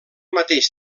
mateix